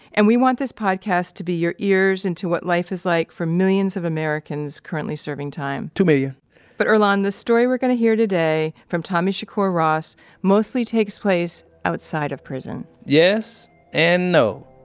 and we want this podcast to be your ears into what life is like for millions of americans currently serving time two million but earlonne, the story we're going to hear today from tommy shakur ross mostly takes place outside of prison yes and no.